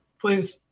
please